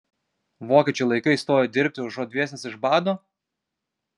vokiečių laikais stojo dirbti užuot dvėsęs iš bado